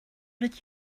did